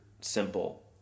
simple